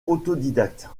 autodidacte